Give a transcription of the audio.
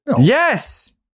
Yes